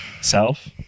self